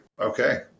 Okay